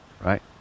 right